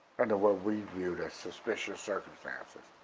under what we viewed as suspicious circumstances.